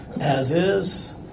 as-is